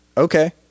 okay